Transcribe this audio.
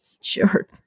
Sure